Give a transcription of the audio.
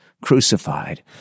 Crucified